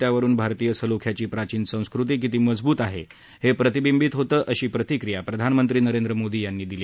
त्यावरून भरसीय सलोख्यात्री प्रखीन संस्कृती किती मजबूत आहे हे प्रतिबिंबित होतं अशी प्रतिक्रिया अध्यक्रिंत्री नरेंद्र मोदी यत्री दिली